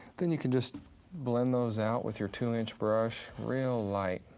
then you can just blend those out with your two inch brush real light,